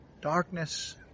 darkness